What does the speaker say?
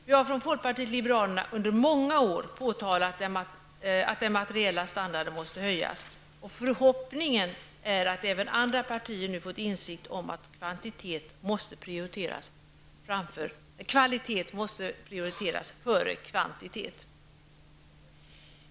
Vi i folkpartiet liberalerna har under många år påpekat att den materiella standarden måste höjas, och det är vår förhoppning att även andra partier nu ska ha kommit till insikt om att kvalitet måste prioriteras före kvantitet.